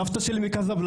סבתא שלי מקזבלנקה,